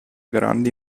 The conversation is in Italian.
grandi